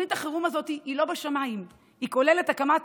תוכנית החירום הזאת היא לא בשמיים, היא כוללת הקמת